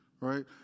Right